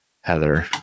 Heather